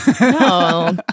No